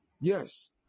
Yes